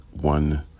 One